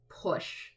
Push